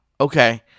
Okay